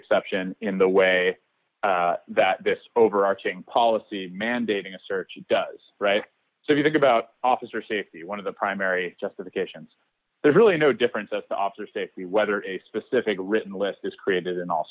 exception in the way that this overarching policy mandating a search does so you think about officer safety one of the primary justifications there's really no difference that the officer safety whether a specific written list is created in all